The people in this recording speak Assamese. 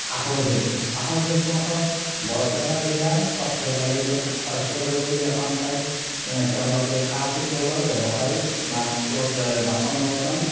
কাঁহৰ শিল্প কাঁহৰ শিল্প হ'ল বৰপেটা জিলাৰ সৰ্থেবাৰী সৰ্থেবাৰী বুলি এখন ঠাইত তেওঁলোকে কাঁহ পিতলৰ ব্যৱসায় বা বাচন বৰ্তন